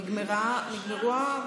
נגמרו.